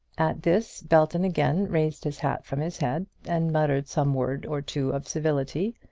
at this belton again raised his hat from his head, and muttered some word or two of civility.